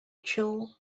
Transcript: chill